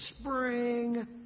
spring